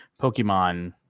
Pokemon